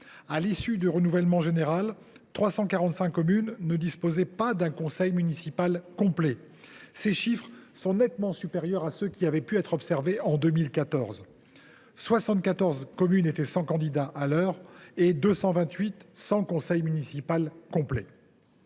À l’issue du renouvellement général, 345 communes disposaient d’un conseil municipal incomplet. Ces chiffres sont nettement supérieurs à ceux qui avaient été observés en 2014, quand 74 communes étaient restées sans candidats et 228 sans conseil municipal complet.